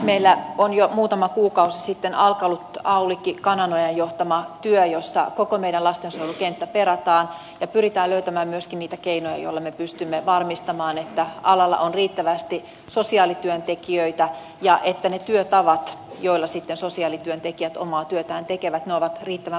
meillä on jo muutama kuukausi sitten alkanut aulikki kananojan johtama työ jossa koko meidän lastensuojelukenttämme perataan ja pyritään löytämään myöskin niitä keinoja joilla me pystymme varmistamaan että alalla on riittävästi sosiaalityöntekijöitä ja että ne työtavat joilla sitten sosiaalityöntekijät omaa työtään tekevät ovat riittävän vaikuttavia